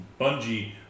Bungie